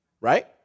right